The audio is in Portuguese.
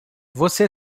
você